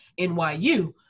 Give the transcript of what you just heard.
NYU